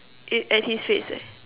it and his face eh